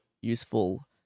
useful